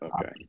okay